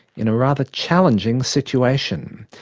in a rather challenging situation.